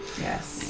Yes